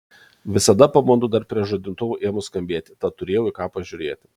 visada pabundu dar prieš žadintuvui ėmus skambėti tad turėjau į ką pažiūrėti